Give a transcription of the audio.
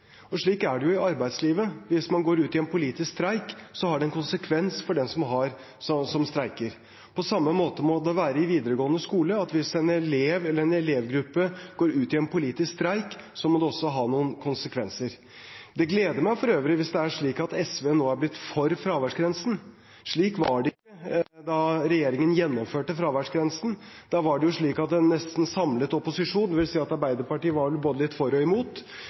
Slik er det jo i arbeidslivet. Hvis man går ut i politisk streik, har det en konsekvens for den som streiker. På samme måte må det være i videregående skole. Hvis en elev eller en elevgruppe går ut i politisk streik, må det også ha noen konsekvenser. Det gleder meg for øvrig hvis SV nå er blitt for fraværsgrensen. Slik var det ikke da regjeringen gjennomførte fraværsgrensen, da var nesten en samlet opposisjon imot – dvs. Arbeiderpartiet var både litt for og imot,